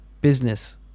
business